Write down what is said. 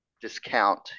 discount